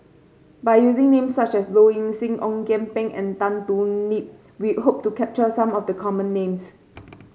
by using names such as Low Ing Sing Ong Kian Peng and Tan Thoon Lip we hope to capture some of the common names